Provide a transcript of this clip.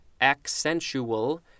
accentual